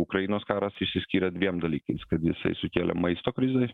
ukrainos karas išsiskyrė dviem dalykais kad jisai sukėlė maisto krizę